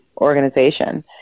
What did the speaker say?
organization